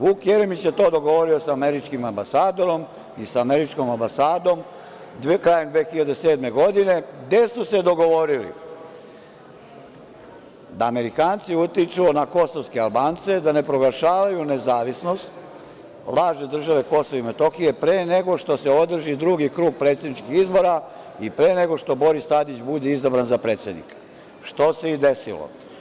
Vuk Jeremić je to dogovorio sa američkim ambasadorom i sa američkom ambasadom krajem 2007. godine, gde su se dogovorili da amerikanci utiču na kosovske albance, da ne proglašavaju lažne države KiM, pre nego što se održi drugi krug predsedničkih izbora i pre nego što Boris Tadić bude izabran za predsednika, što se i desilo.